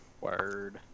Word